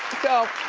so,